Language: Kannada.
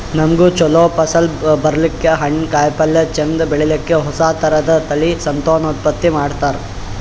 ನಮ್ಗ್ ಛಲೋ ಫಸಲ್ ಬರ್ಲಕ್ಕ್, ಹಣ್ಣ್, ಕಾಯಿಪಲ್ಯ ಚಂದ್ ಬೆಳಿಲಿಕ್ಕ್ ಹೊಸ ಥರದ್ ತಳಿ ಸಂತಾನೋತ್ಪತ್ತಿ ಮಾಡ್ತರ್